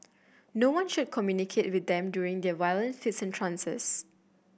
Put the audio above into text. no one should communicate with them during their violent fits and trances